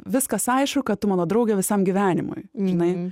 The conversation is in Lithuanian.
viskas aišku kad tu mano draugė visam gyvenimui žinai